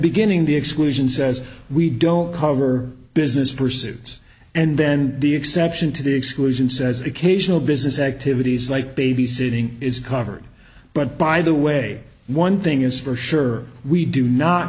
beginning the exclusion says we don't cover business pursuits and then the exception to the exclusion says occasional business activities like babysitting is covered but by the way one thing is for sure we do not